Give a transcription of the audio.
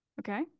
Okay